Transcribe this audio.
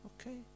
okay